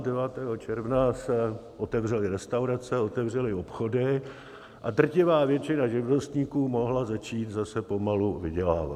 Devátého června se otevřely restaurace, otevřely obchody a drtivá většina živnostníků mohla začít zase pomalu vydělávat.